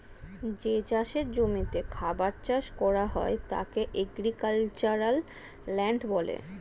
যে চাষের জমিতে খাবার চাষ করা হয় তাকে এগ্রিক্যালচারাল ল্যান্ড বলে